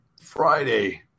Friday